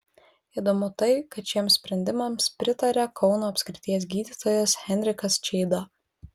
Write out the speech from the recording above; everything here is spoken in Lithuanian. įdomu tai kad šiems sprendimams pritaria kauno apskrities gydytojas henrikas čeida